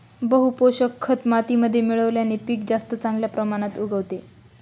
बहू पोषक खत मातीमध्ये मिळवल्याने पीक जास्त चांगल्या प्रमाणात उगवते